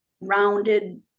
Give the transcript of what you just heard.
rounded